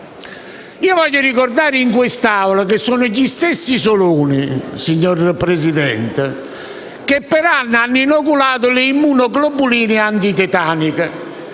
Voglio ricordare in quest'Aula che sono gli stessi soloni, signor Presidente, che per anni hanno inoculato le immunoglobuline antitetaniche,